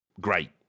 great